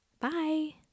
bye